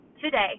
today